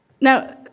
Now